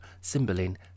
Cymbeline